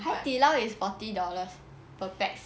Hai Di Lao is forty dollars per pax